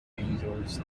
endorsed